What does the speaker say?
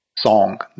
Song